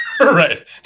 Right